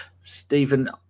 Stephen